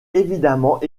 évidemment